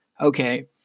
Okay